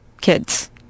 kids